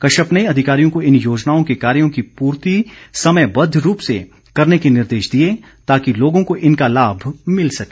कश्यप ने अधिकारियों को इन योजनाओं के कार्यों की पूर्ति समयबद्ध रूप से करने के निर्देश दिए ताकि लोगों को इनका लाभ मिल सके